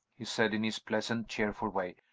he said in his pleasant, cheerful way.